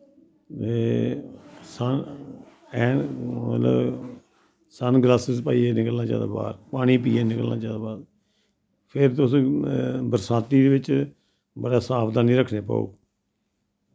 ते मतलव sunglasses पाईयै निकलना चाहिदा बाह्र पानी पीयै निकलना चाहिदा बाह्र फिर तुस बरसांती दे बिच्च बड़ी सावधानी रक्खनी पौग